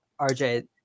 RJ